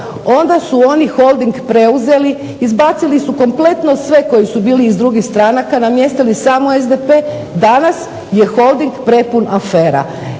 onda su oni Holding preuzeli, izbacili su kompletno sve koji su bili iz drugih stranaka namještali samo SDP. Danas je Holding prepun afera,